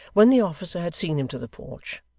when the officer had seen him to the porch,